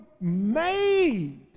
made